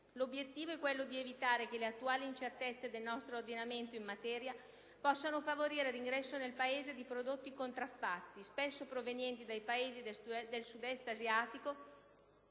L'obiettivo è quello di evitare che le attuali incertezze del nostro ordinamento in materia possano favorire l'ingresso nel Paese di prodotti contraffatti, spesso provenienti dai Paesi del Sud Est asiatico,